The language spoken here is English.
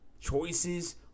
Choices